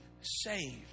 saved